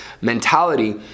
mentality